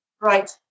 Right